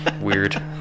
weird